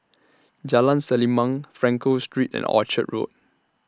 Jalan Selimang Frankel Street and Orchard Road